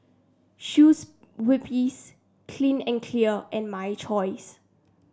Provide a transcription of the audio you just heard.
Clean and Clear and My Choice